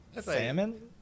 Salmon